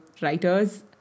writers